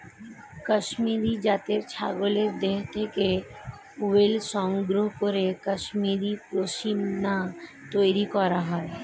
কাশ্মীরি জাতের ছাগলের দেহ থেকে উল সংগ্রহ করে কাশ্মীরি পশ্মিনা তৈরি করা হয়